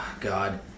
God